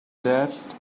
that